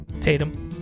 Tatum